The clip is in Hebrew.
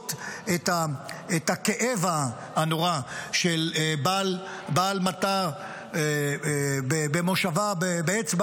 ולראות את הכאב הנורא של בעל מטע במושבה באצבע